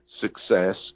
success